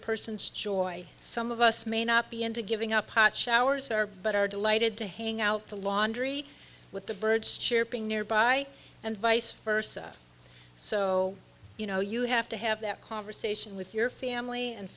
person's joy some of us may not be into giving up hot showers are but are delighted to hang out the laundry with the birds chirping nearby and vice versa so you know you have to have that conversation with your family and